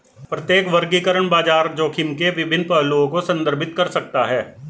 प्रत्येक वर्गीकरण बाजार जोखिम के विभिन्न पहलुओं को संदर्भित कर सकता है